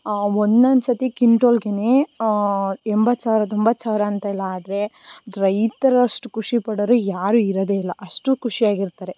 ಒಂದೊಂದ್ ಸತಿ ಕಿಂಟೋಲಿಗೆನೇ ಎಂಬತ್ತು ಸಾವಿರ ತೊಂಬತ್ತು ಸಾವಿರ ಅಂತೆಲ್ಲ ಆದರೆ ರೈತರಷ್ಟು ಖುಷಿಪಡೋರು ಯಾರೂ ಇರೋದೇ ಇಲ್ಲ ಅಷ್ಟು ಖುಷಿಯಾಗಿರ್ತಾರೆ